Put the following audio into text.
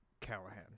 Callahan